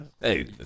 Hey